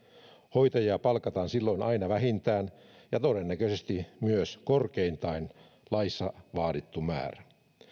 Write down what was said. hoitajia palkataan silloin aina vähintään ja todennäköisesti myös korkeintaan laissa vaadittu määrä